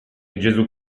gesù